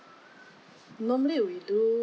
normally we do